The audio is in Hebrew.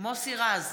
מוסי רז,